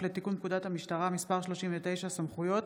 לתיקון פקודת המשטרה (מס' 39) (סמכויות),